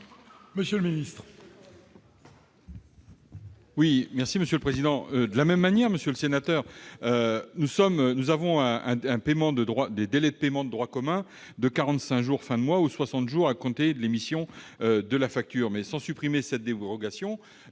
monsieur le ministre,